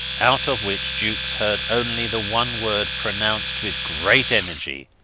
out of which jukes heard only the one word, pronounced with great energy.